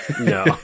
No